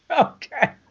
okay